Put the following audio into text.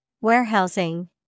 Warehousing